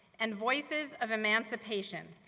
and voices of emancipation,